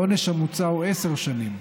העונש המוצע הוא עשר שנים.